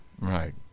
Right